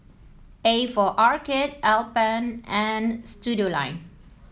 A for Arcade Alpen and Studioline